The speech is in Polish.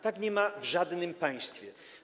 Tak nie jest w żadnym państwie.